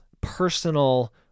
personal